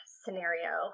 scenario